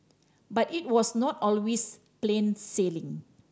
but it was not always plain sailing